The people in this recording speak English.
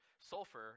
sulfur